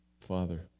Father